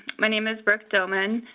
my name is brooke doman,